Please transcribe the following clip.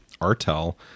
artel